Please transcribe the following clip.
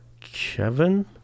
Kevin